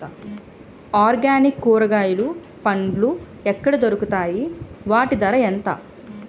Organic కూరగాయలు పండ్లు ఎక్కడ దొరుకుతాయి? వాటి ధర ఎంత?